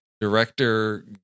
director